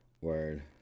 Word